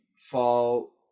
fall